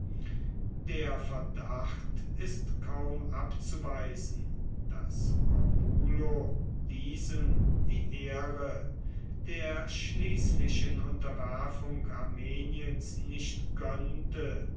der verdacht ist kaum abzuweisen daß corbulo diesem die ehre der schließlichen unterwerfung armeniens nicht gönnte